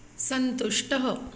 सन्तुष्टः